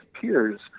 peers